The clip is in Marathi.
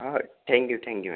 हा थँक्यू थँक्यू मॅम